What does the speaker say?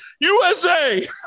USA